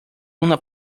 una